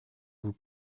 vous